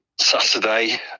Saturday